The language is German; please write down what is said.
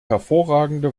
hervorragende